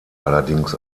allerdings